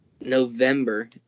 November